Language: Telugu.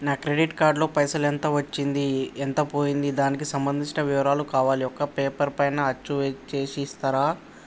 నా క్రెడిట్ కార్డు లో పైసలు ఎంత వచ్చింది ఎంత పోయింది దానికి సంబంధించిన వివరాలు కావాలి ఒక పేపర్ పైన అచ్చు చేసి ఇస్తరా?